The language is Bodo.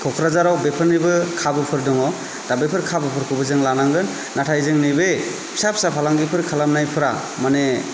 क'क्राझाराव बेफोरनिबो खाबुफोर दङ दा बेफोर खाबुफोरखौबो जों लानांगोन नाथाय जोंनि बे फिसा फिसा फालांगिफोर खालामनायफोरा माने